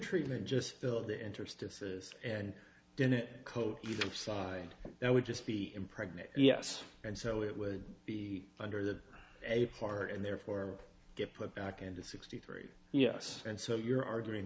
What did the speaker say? treatment just filled the interstices and didn't coat either side that would just be impregnated yes and so it would be under the a far and therefore get put back into sixty three yes and so you're arguing